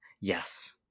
Yes